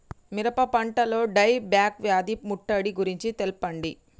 మిరప పంటలో die back వ్యాధి ముట్టడి గురించి తెల్పండి?